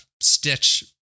stitch